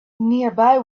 nearby